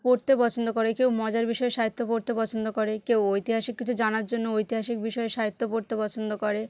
পড়তে পছন্দ করে কেউ মজার বিষয়ে সাহিত্য পড়তে পছন্দ করে কেউ ঐতিহাসিক কিছু জানার জন্য ঐতিহাসিক বিষয়ে সাহিত্য পড়তে পছন্দ করে